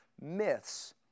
myths